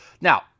Now